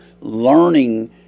learning